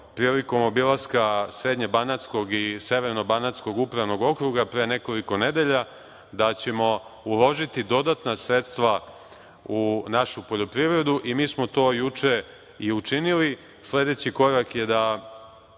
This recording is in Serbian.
prilikom obilaska Srednje-banatskog i Severno-banatskog upravnog okruga pre nekoliko nedelja da ćemo uložiti dodatna sredstva u našu poljoprivredu i mi smo to juče i učinili. Sledeći korak je da